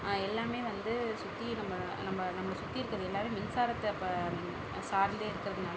எல்லாமே வந்து சுற்றி நம்ம நம்ம நம்மளை சுற்றி இருக்கிறது எல்லாமே மின்சாரத்தை ப சார்ந்தே இருக்கிறதுனால